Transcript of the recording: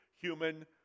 human